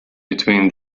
between